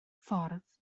ffordd